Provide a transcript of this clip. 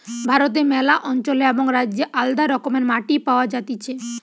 ভারতে ম্যালা অঞ্চলে এবং রাজ্যে আলদা রকমের মাটি পাওয়া যাতিছে